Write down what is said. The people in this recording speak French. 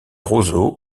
roseaux